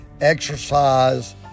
exercise